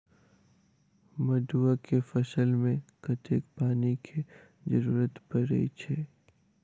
मड़ुआ केँ फसल मे कतेक पानि केँ जरूरत परै छैय?